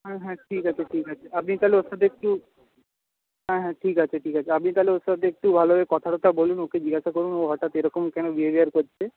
হ্যাঁ হ্যাঁ ঠিক আছে ঠিক আছে আপনি তাহলে ওর সাথে একটু হ্যাঁ হ্যাঁ ঠিক আছে ঠিক আছে আপনি তাহলে ওর সাথে একটু ভালোভাবে কথা টথা বলুন ওকে জিজ্ঞাসা করুন ও হঠাৎ এরকম কেন বিহেভিয়ার করছে